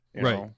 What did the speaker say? right